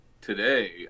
today